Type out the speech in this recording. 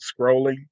scrolling